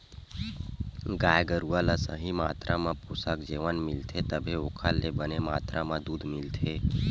गाय गरूवा ल सही मातरा म पोसक जेवन मिलथे तभे ओखर ले बने मातरा म दूद मिलथे